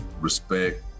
respect